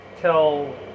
...tell